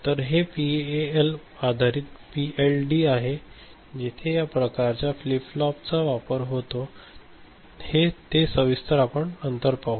तर हे पीएएल आधारित पीएलडी आहेत जिथे या प्रकारच्या फ्लिप फ्लॉपचा वापर होतो ते सविस्तर आपण नंतर पाहूया